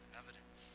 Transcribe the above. evidence